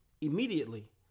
immediately